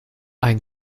ein